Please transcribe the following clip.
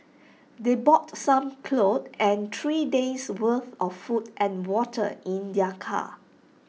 they brought some clothes and three days worth of food and water in their car